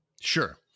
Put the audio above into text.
Sure